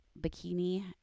bikini